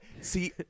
see